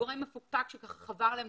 גורם מפוקפק שחבר אליו,